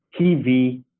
TV